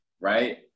right